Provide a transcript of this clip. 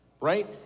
Right